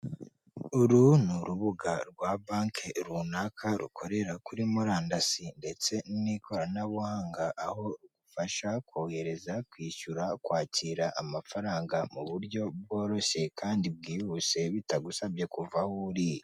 Uru ni urubuga rwa banke runaka rukorera kuri murandasi ndetse n'ikoranabuhanga, aho rifasha kohereza, kwishyura, kwakira amafaranga mu buryo bworoshye kandi bwihuse bitagusabye kuva aho uri.